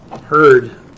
heard